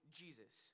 jesus